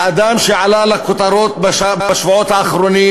האדם שעלה לכותרות בשבועות האחרונים